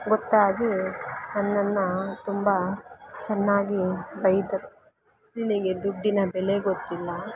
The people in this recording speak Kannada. ಗೊತ್ತಾಗಿ ನನ್ನನ್ನು ತುಂಬ ಚೆನ್ನಾಗಿ ಬೈದ್ರು ನಿನಗೆ ದುಡ್ಡಿನ ಬೆಲೆ ಗೊತ್ತಿಲ್ಲ